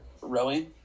rowing